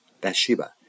Bathsheba